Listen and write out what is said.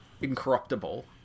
incorruptible